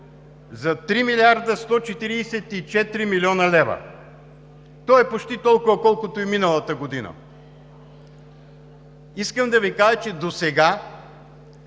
за 3 млрд. и 144 млн. лв. То е почти толкова, колкото и миналата година. Искам да Ви кажа, че досега